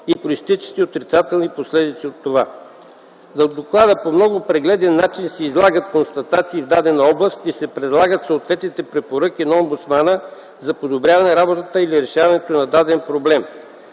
и произтичащи отрицателни последици от това. В доклада по много прегледен начин се излагат констатации в дадена област и се предлагат съответните препоръки на омбудсмана за подобряване работата или решаването на даден проблем.